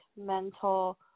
mental